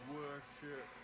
worship